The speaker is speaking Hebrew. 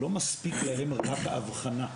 לא מספיק להם רק האבחנה,